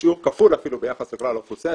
בשיעור כפול אפילו ביחס לכלל האוכלוסייה,